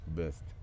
best